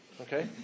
Okay